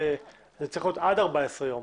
זה צריך להיות עד 14 ימים.